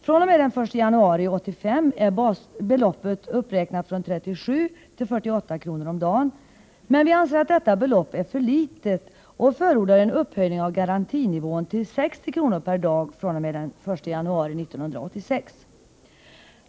fr.o.m. den 1 januari 1985 är beloppet uppräknat från 37 till 48 kronor om dagen, men vi anser att detta belopp är för litet och förordar en höjning av garantinivån till 60 kronor per dag fr.o.m. den 1 januari 1986.